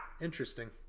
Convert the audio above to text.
Interesting